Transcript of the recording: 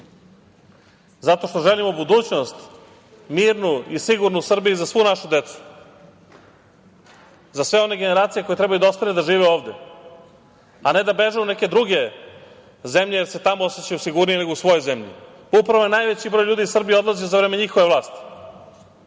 zato što želimo budućnost mirnu i sigurnu u Srbiji za svu našu decu, za sve one generacije koje treba da ostanu da žive ovde, a ne da beže u neke druge zemlje, jer se tamo osećaju sigurnije nego u svojoj zemlji. Pa, upravo je najveći broj ljudi iz Srbije odlazilo za vreme njihove vlasti. Upravo